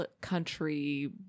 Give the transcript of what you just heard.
country